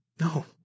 No